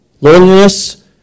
loneliness